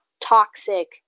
toxic